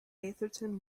atherton